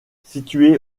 situé